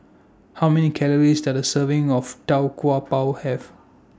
How Many Calories Does A Serving of Tau Kwa Pau Have